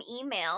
email